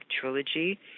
trilogy